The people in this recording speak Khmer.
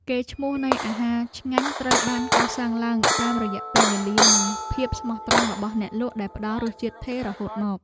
កេរ្តិ៍ឈ្មោះនៃអាហារឆ្ងាញ់ត្រូវបានកសាងឡើងតាមរយៈពេលវេលា និងភាពស្មោះត្រង់របស់អ្នកលក់ដែលផ្ដល់រសជាតិថេររហូតមក។